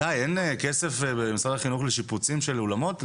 גיא, אין כסף במשרד החינוך לשיפוצים של אולמות?